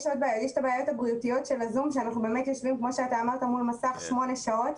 יש גם את הבעיות הבריאותיות של הזום של לשבת מול מסך שמונה שעות.